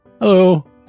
Hello